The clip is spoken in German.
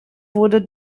wurde